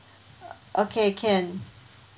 okay can